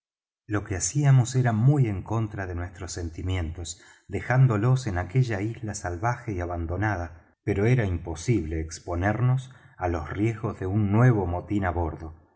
lo que hacíamos era muy en contra de nuestros sentimientos dejándolos en aquella isla salvaje y abandonada pero era imposible exponernos á los riesgos de un nuevo motín á bordo